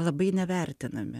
labai nevertinami